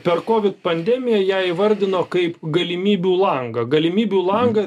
per kovid pandemiją ją įvardino kaip galimybių langą galimybių langą